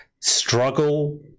struggle